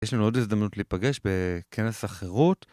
יש לנו עוד הזדמנות להיפגש בכנס החירות.